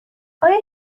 آیا